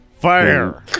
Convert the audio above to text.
Fire